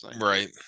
Right